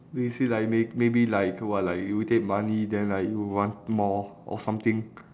we say like may~ maybe like what like you take money then like you want more or something